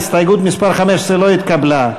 לא התקבלה.